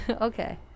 okay